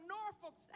Norfolk